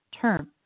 term